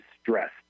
stressed